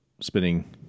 spinning